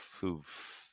who've